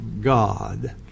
God